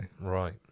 Right